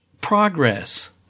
progress